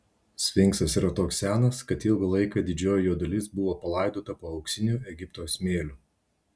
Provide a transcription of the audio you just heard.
sfinksas yra toks senas kad ilgą laiką didžioji jo dalis buvo palaidota po auksiniu egipto smėliu